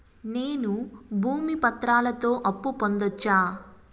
నేను భూమి పత్రాలతో అప్పు పొందొచ్చా?